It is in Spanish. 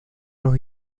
los